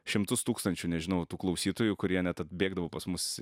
šimtus tūkstančių nežinau tų klausytojų kurie net atbėgdavo pas mus